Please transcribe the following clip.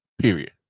Period